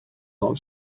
not